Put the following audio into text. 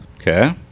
okay